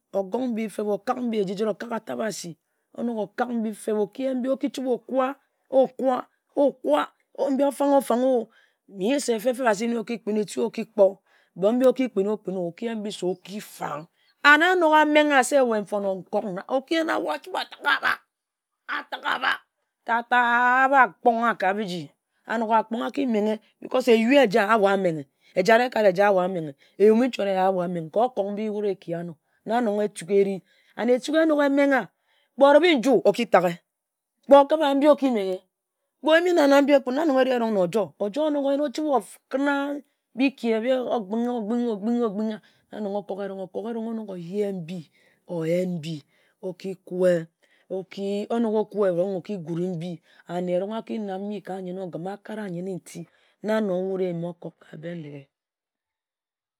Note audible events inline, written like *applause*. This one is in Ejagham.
Ogok mbi feb eji jit okak atabasi onok okak mbi feb, oki chibe oyena-mbi oki chibe okwua, okwua, okwua, mbi ofangha ofang-o, nyi se feb-feb asik oki kpin, etu oki kpor. But *unintelligible* mbi oki kpin, oki eyen mbi se oki fang. And *unintelligible* a nok amengha se we mfone ntok na, na nong a ki chibe atagha abak atagha abak ta-ta-ta-ah ahba kpong-ah ka biji. A nok akpong-ah, aki menghe ka eyu eja ahbo amenghe, ejat ekat eja ahbo amenghe, eyum-mi neh okok mbi wut eki-anor. Nna nong etuk ehri. etuk enok ehmengha, kpe ohribe nju, oki taghe. Kpe ohkaba, mbi oki menghe kpe oyim-mi nan nan. Nna nong ehri na ojor. Onok oyen-na Ochibe ohkona biki ehbi ogingh ogingha na nong okok, onok oyeh mbi, oyen mbi, oki kue, onok okue, we ehrong oki gure mbi anne ehrong aki nam mbi ka nyen ogim akara nti na nong wut eyim okok ka Bendeghe.